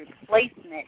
replacement